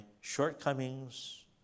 shortcomings